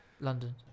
London